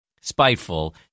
spiteful